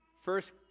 first